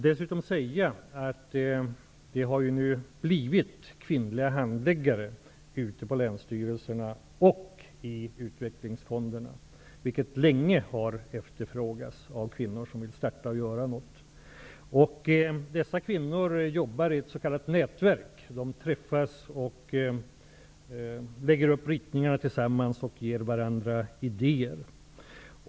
Dessutom kan jag nämna att det nu finns kvinnliga handläggare på länsstyrelserna och i utvecklingsfonderna, något som länge har efterfrågats av kvinnor som vill starta egen verksamhet. Dessa kvinnor jobbar i ett s.k. nätverk, de träffas, de gör upp ritningar tillsammans, och de ger varandra idéer.